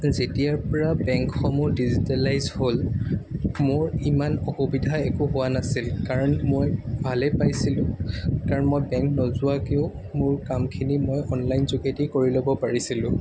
যেতিয়াৰপৰা বেংকসমূহ ডিজিটেলাইজ হ'ল মোৰ ইমান অসুবিধা একো হোৱা নাছিল কাৰণ মই ভালেই পাইছিলোঁ কাৰণ মই বেংক নোযোৱাকৈও মোৰ কামখিনি মই অনলাইন যোগেদি কৰি ল'ব পাৰিছিলোঁ